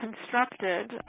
constructed